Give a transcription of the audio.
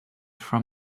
from